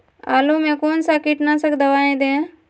आलू में कौन सा कीटनाशक दवाएं दे?